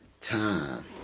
time